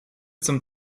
zum